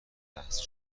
لحظه